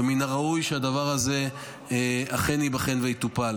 ומן הראוי שהדבר הזה אכן ייבחן ויטופל.